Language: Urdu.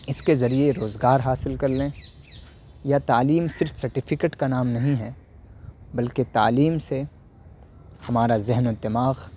اس کے ذریعے روزگار حاصل کر لیں یا تعلیم صرف سرٹیفکیٹ کا نام نہیں ہے بلکہ تعلیم سے ہمارا ذہن و دماغ